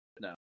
No